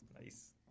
Nice